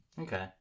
Okay